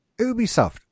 Ubisoft